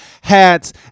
hats